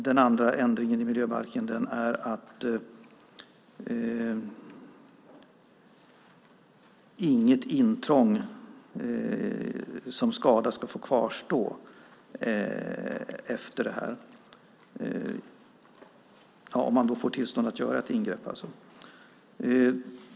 Den andra ändringen gäller att inget intrång som skadar ska få kvarstå efteråt - om man får tillstånd att göra ett ingrepp, alltså.